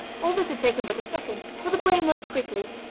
all this had taken but a second, but the brain works quickly,